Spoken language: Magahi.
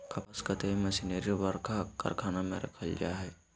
कपास कताई मशीनरी बरका कारखाना में रखल जैय हइ